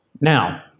Now